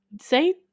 Say